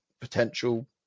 potential –